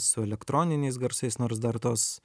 su elektroniniais garsais nors dar tos